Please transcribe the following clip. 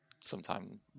sometime